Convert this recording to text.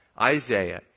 Isaiah